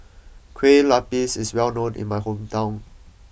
Kueh Lapis is well known in my hometown